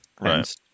Right